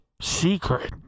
secret